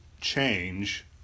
change